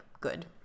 Good